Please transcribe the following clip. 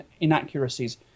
inaccuracies